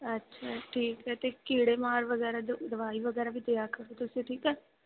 ਅੱਛਾ ਠੀਕ ਹੈ ਅਤੇ ਕੀੜੇਮਾਰ ਵਗੈਰਾ ਦ ਦਵਾਈ ਵਗੈਰਾ ਵੀ ਦਿਆ ਕਰੋ ਤੁਸੀਂ ਠੀਕ ਹੈ